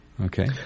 Okay